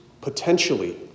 potentially